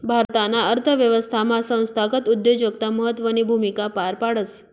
भारताना अर्थव्यवस्थामा संस्थागत उद्योजकता महत्वनी भूमिका पार पाडस